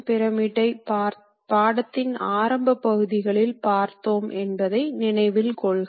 cutter சுழலும் மற்றும் ஒரே இடத்தில் நிலையாய் இருக்கும்